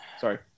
Sorry